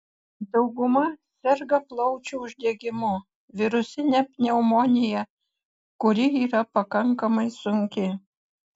dauguma serga plaučių uždegimu virusine pneumonija kuri yra pakankamai sunki